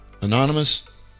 Anonymous